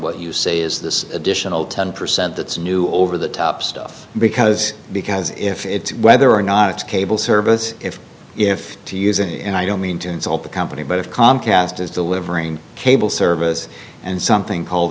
what you say is this additional ten percent that's new over the top stuff because because if it's whether or not it's cable service if if to use and i don't mean to insult the company but if comcast is delivering cable service and something called